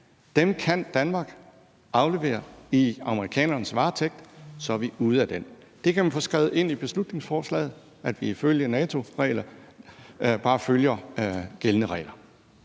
Dem kan Danmark aflevere i amerikanernes varetægt, og så er vi ude af det. Man kan få skrevet ind i beslutningsforslaget, at vi ifølge NATO's regler bare følger gældende regler.